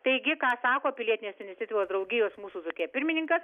taigi ką sako pilietinės iniciatyvos draugijos mūsų dzūkija pirmininkas